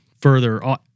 further –